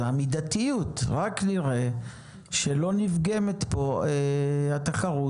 אז המידתיות היא שרק נראה שלא נפגמת פה התחרות